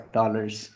dollars